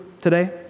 today